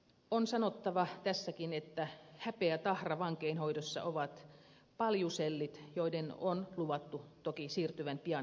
on sanottava tässäkin että häpeätahra vankeinhoidossa ovat paljusellit joiden on luvattu toki siirtyvän pian historiaan